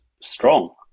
strong